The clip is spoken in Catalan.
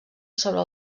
sobre